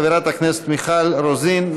חברת הכנסת מיכל רוזין,